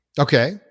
Okay